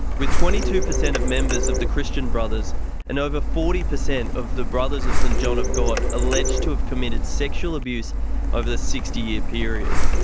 with twenty two percent of members of the christian brothers and over forty percent of the brothers of st john of god alleged to have committed sexual abuse over the sixty year period.